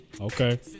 Okay